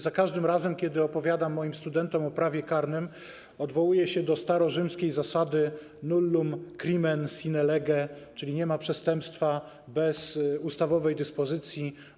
Za każdym razem kiedy opowiadam moim studentom o prawie karnym, odwołuję się do starorzymskiej zasady: nullum crimen sine lege, czyli nie ma przestępstwa bez ustawowej dyspozycji.